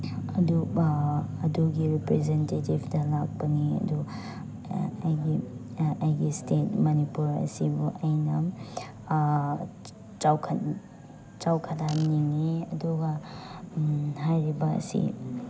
ꯑꯗꯨ ꯑꯗꯨꯒꯤ ꯔꯤꯄ꯭ꯔꯖꯦꯟꯇꯦꯇꯤꯞꯇ ꯂꯥꯛꯄꯅꯤ ꯑꯗꯨ ꯑꯩꯒꯤ ꯑꯩꯒꯤ ꯁ꯭ꯇꯦꯠ ꯃꯅꯤꯄꯨꯔ ꯑꯁꯤꯕꯨ ꯑꯩꯅ ꯆꯥꯎꯈꯠꯍꯟꯅꯤꯡꯏ ꯑꯗꯨꯒ ꯍꯥꯏꯔꯤꯕ ꯑꯁꯤ